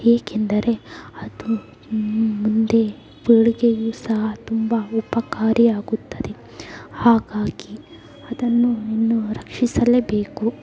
ಏಕೆಂದರೆ ಅದು ಮುಂದೆ ಪೀಳಿಗೆಗೂ ಸಹ ತುಂಬ ಉಪಕಾರಿ ಆಗುತ್ತದೆ ಹಾಗಾಗಿ ಅದನ್ನು ಇನ್ನು ರಕ್ಷಿಸಲೇಬೇಕು